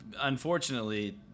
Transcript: Unfortunately